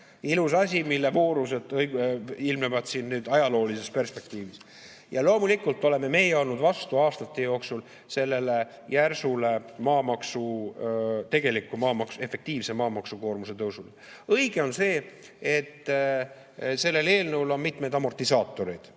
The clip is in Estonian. ilus asi, mille voorused ilmnevad siin ajaloolises perspektiivis. Ja loomulikult oleme meie olnud vastu aastate jooksul järsule tegeliku maamaksu, efektiivse maamaksu koormuse tõusule. Õige on see, et sellel eelnõul on mitmeid amortisaatoreid.